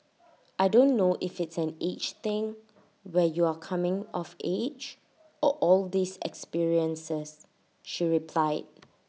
I don't know if it's an age thing where you're coming of age or all these experiences she replied